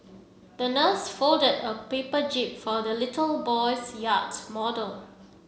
the nurse folded a paper jib for the little boy's yacht model